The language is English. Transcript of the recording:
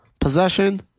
Possession